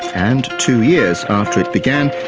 and, two years after it began,